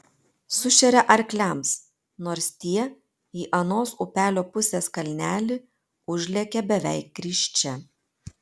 sušeria arkliams nors tie į anos upelio pusės kalnelį užlekia beveik risčia